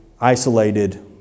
isolated